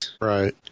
Right